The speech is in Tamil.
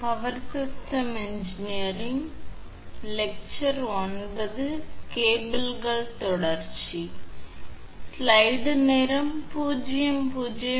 மீண்டும் வரவேற்கிறோம்